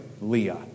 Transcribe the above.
Leah